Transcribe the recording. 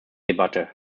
debatte